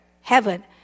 Heaven